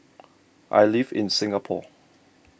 I live in Singapore